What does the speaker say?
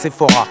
Sephora